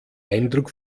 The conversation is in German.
eindruck